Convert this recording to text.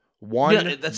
One